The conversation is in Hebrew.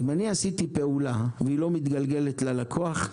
אם אני עשיתי פעולה והיא לא מתגלגלת ללקוח,